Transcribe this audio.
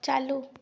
चालू